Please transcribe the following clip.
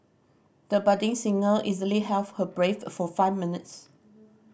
the budding singer easily held her breath for five minutes